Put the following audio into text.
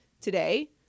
today